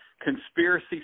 conspiracy